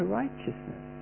righteousness